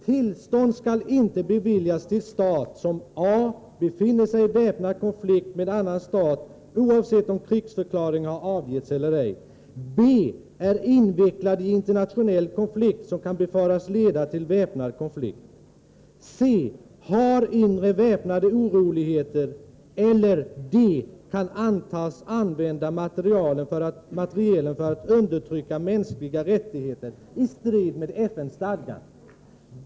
Tillstånd skall inte beviljas till stat som a) befinner sig i väpnad konflikt med annan stat, oavsett om krigsförklaring har avgetts eller ej, b) är invecklad i internationell konflikt som kan befaras leda till väpnad konflikt, c) har inre väpnade oroligheter, eller d) kan antas använda materielen för att undertrycka mänskliga rättigheter i strid med FN-stadgan.